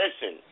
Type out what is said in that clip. Listen